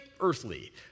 earthly